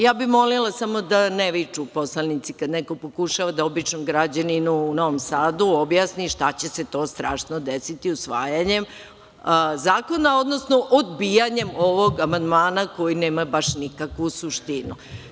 Ja bi molila samo da ne viču poslanici kada neko pokušava da običnom građaninu u Novom Sadu objasni šta će se to strašno desiti usvajanjem zakona, odnosno odbijanjem ovog amandmana, koji nema baš nikakvu suštinu.